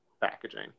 packaging